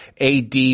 ad